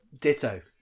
Ditto